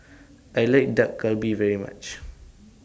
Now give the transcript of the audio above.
I like Dak Galbi very much